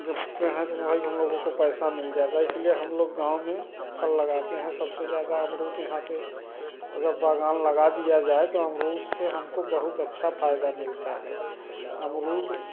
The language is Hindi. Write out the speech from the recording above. जब ते हैं वही हम लोगों को पैसा मिल जाता है इसलिए हम लोग गाँव में फल लगाते हैं सबसे ज़्यादा अमरुद यहाँ पर अगर बागान लगा दिया जाए तो अमरूद से हमको बहुत अच्छा फायदा मिलता है अमरुद